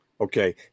Okay